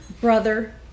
brother